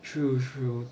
true true